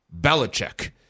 Belichick